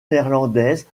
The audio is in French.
néerlandaise